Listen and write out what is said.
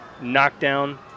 Knockdown